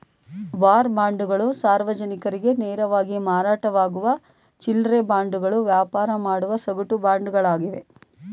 war ಬಾಂಡ್ಗಳು ಸಾರ್ವಜನಿಕರಿಗೆ ನೇರವಾಗಿ ಮಾರಾಟವಾಗುವ ಚಿಲ್ಲ್ರೆ ಬಾಂಡ್ಗಳು ವ್ಯಾಪಾರ ಮಾಡುವ ಸಗಟು ಬಾಂಡ್ಗಳಾಗಿವೆ